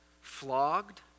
flogged